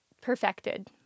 perfected